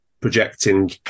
projecting